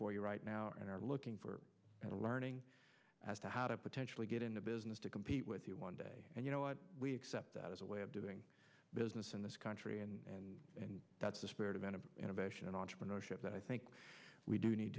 for you right now and are looking for and are learning as to how to potentially get in the business to compete with you one day and you know what we accept that as a way of doing business in this country and that's the spirit of innovation and entrepreneurship that i think we do need